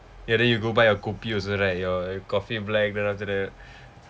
ya then you go buy a kopi also right your coffee black then after that